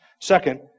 Second